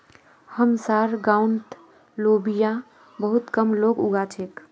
हमसार गांउत लोबिया बहुत कम लोग उगा छेक